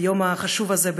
ביום החשוב הזה,